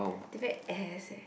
they very ass leh